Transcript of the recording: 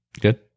Good